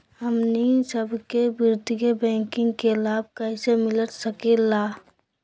हमनी सबके वित्तीय बैंकिंग के लाभ कैसे मिलता सके ला?